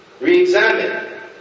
re-examine